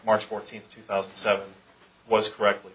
march fourteenth two thousand and seven was correctly